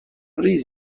ریز